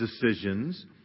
decisions